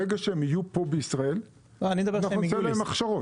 ברגע שהם יהיו פה בישראל, אנחנו ניתן להם הכשרות.